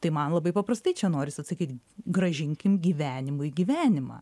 tai man labai paprastai čia noris atsakyt grąžinkim gyvenimui gyvenimą